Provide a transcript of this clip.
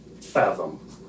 fathom